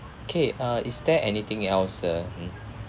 okay uh is there anything else ah hmm